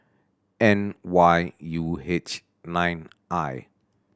N Y U H nine I